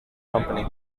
company